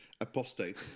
apostate